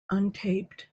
untaped